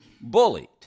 bullied